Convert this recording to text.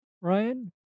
Ryan